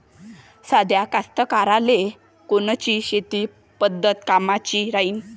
साध्या कास्तकाराइले कोनची शेतीची पद्धत कामाची राहीन?